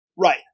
Right